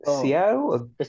Seattle